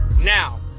Now